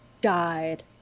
died